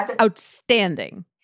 outstanding